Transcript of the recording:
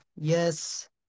Yes